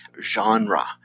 genre